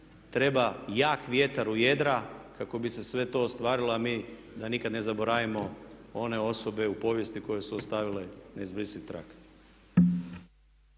treba jak vjetar u jedra kako bi se sve to ostvarilo a mi da nikad ne zaboravimo one osobe u povijesti koje su ostavile neizbrisiv trag.